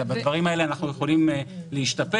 בדברים האלה אנחנו יכולים להשתפר.